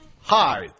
Hi